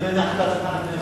אני לא הנחתי את ההצעה.